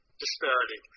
disparity